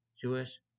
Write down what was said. Jewish